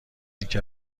اینکه